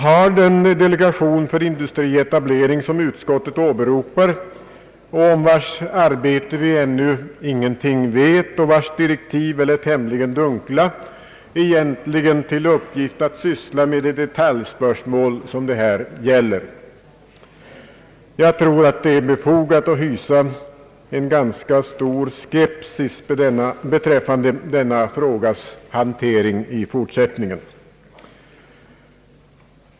Har den delegation för industrietablering som utskottet åberopar — om vars arbete vi ännu ingenting vet och vars direktiv är tämligen dunkla — egentligen till uppgift att syssla med de detaljspörsmål det här gäller? Jag tror att det är befogat att hysa stor skepsis beträffande denna frågas hantering i fortsättningen.